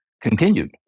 continued